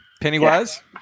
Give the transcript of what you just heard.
Pennywise